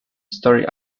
story